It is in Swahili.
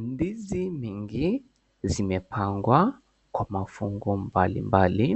Ndizi nyingi zimepangwa kwa mafungu mbali mbali.